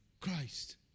Christ